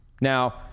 Now